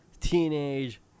teenage